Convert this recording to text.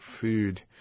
food